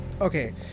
Okay